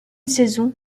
saison